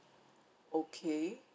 okay